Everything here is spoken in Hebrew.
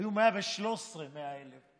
היו 113 מה-1,000.